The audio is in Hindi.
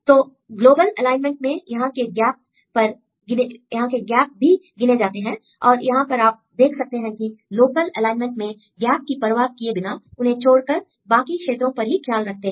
तो ग्लोबल एलाइनमेंट में यहां के गैप भी गिने जाते हैं और यहां पर आप देख सकते हैं की लोकल एलाइनमेंट में गैप की परवाह किए बिना उन्हें छोड़कर बाकी क्षेत्रों पर ही ख्याल रखते हैं